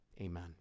Amen